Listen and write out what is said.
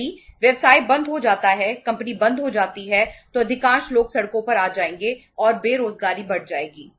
यदि व्यवसाय बंद हो जाता है कंपनी बंद हो जाती है तो अधिकांश लोग सड़कों पर आ जाएंगे और बेरोजगारी बढ़ जाएगी